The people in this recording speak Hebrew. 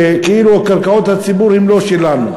כאילו שקרקעות הציבור הן לא שלנו,